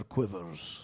Quivers